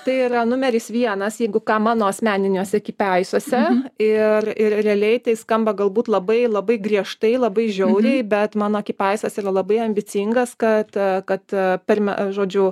tai yra numeris vienas jeigu ką mano asmeniniuose kipėaisuose ir ir realiai tai skamba galbūt labai labai griežtai labai žiauriai bet mano kipaisas yra labai ambicingas kad a kad a per me žodžiu